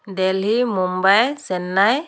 Delhi Mumbai Chennai